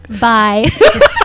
bye